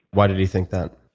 why did he think that?